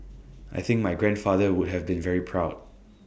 I think my grandfather would have been very proud